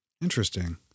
Interesting